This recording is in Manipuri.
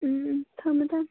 ꯎꯝ ꯊꯝꯃꯦ ꯊꯝꯃꯦ